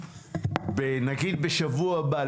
נגיד בשבוע הבא,